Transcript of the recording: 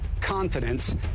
continents